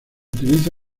utiliza